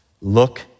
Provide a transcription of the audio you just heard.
Look